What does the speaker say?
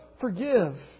forgive